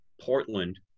Portland